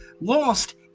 lost